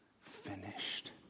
finished